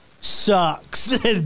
sucks